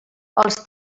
els